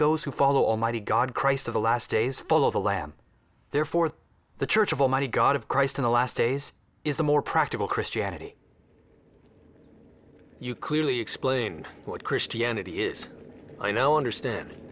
those who follow almighty god christ of the last days follow the lamb therefore the church of almighty god of christ in the last days is the more practical christianity you clearly explain what christianity is i know understanding